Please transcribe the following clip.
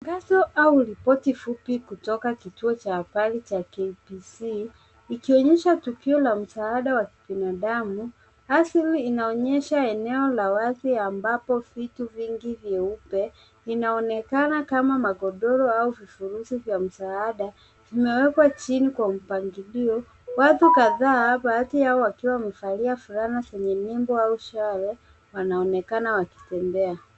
Tangazo au ripoti fupi kutoka kituo cha habari cha KBC ikionyesha tukio la msaada la kibinadamu. Asili inayoonyesha eneo la wazi ambapo vitu vingi vieupe vinaonekana kaam magodoro au vifurusi vya msaada vimewekwa chini kwa mpangilio. Watu kadhaa baadhi yao wakiwa wamevalia fulana zenye nembo au wanaonekana wakitembea.